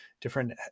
different